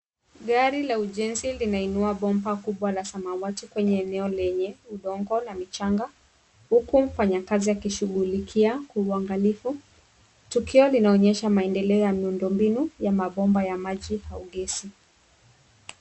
Gari la ujenzi linainua bomba kubwa la samawati kwenye eneo lenye udongo na michanga huku mfanyikazi akishughulikia kwa uangalifu. Tukio linaonyesha maendeleo ya miundo mbinu ya mabomba ya maji au gesi.